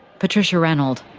patricia ranald.